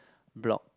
block